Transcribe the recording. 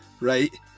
right